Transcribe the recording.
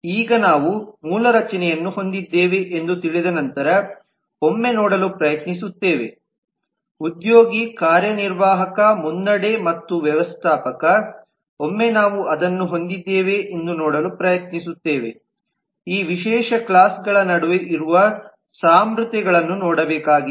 ಈಗ ನಾವು ಮೂಲ ರಚನೆಯನ್ನು ಹೊಂದಿದ್ದೇವೆ ಎಂದು ತಿಳಿದ ನಂತರ ಒಮ್ಮೆ ನೋಡಲು ಪ್ರಯತ್ನಿಸುತ್ತೇವೆ ಉದ್ಯೋಗಿ ಕಾರ್ಯನಿರ್ವಾಹಕ ಮುನ್ನಡೆ ಮತ್ತು ವ್ಯವಸ್ಥಾಪಕ ಒಮ್ಮೆ ನಾವು ಅದನ್ನು ಹೊಂದಿದ್ದೇವೆ ಎಂದು ನೋಡಲು ಪ್ರಯತ್ನಿಸುತ್ತೇವೆ ಈ ವಿಶೇಷ ಕ್ಲಾಸ್ಗಳ ನಡುವೆ ಇರುವ ಸಾಮ್ಯತೆಗಳನ್ನು ನೋಡಬೇಕಾಗಿದೆ